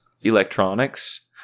electronics